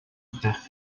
хайх